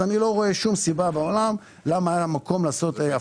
אז אני לא רואה שום סיבה בעולם למה המקום לעשות הפרדה.